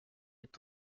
est